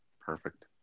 perfect